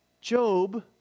Job